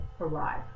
arrive